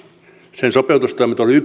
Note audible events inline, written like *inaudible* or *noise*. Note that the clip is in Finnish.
sen sopeutustoimet olivat *unintelligible*